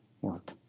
work